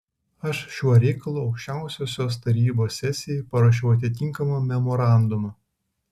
aš šiuo reikalu aukščiausiosios tarybos sesijai paruošiau atitinkamą memorandumą